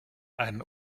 einen